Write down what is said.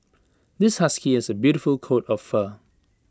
this husky has A beautiful coat of fur